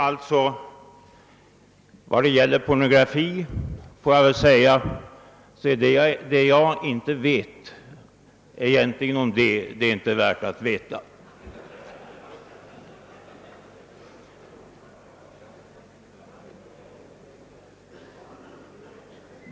När det gäller pornografi får jag säga att vad jag inte vet om det är inte värt att veta.